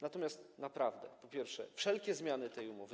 Natomiast naprawdę, po pierwsze, wszelkie zmiany tej umowy.